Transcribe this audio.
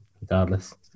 regardless